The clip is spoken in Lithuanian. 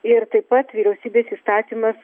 ir taip pat vyriausybės įstatymas